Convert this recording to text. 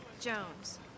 Jones